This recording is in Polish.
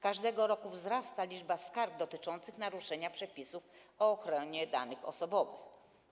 Każdego roku wzrasta liczba skarg dotyczących naruszenia przepisów o ochronie danych osobowych.